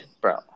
Bro